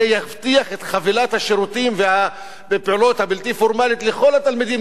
זה יבטיח את חבילת השירותים והפעולות הבלתי-פורמליות לכל התלמידים,